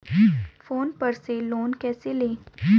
Phone पर से loan कैसे लें?